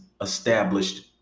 established